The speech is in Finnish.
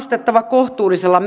on